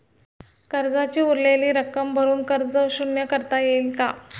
कर्जाची उरलेली रक्कम भरून कर्ज शून्य करता येईल का?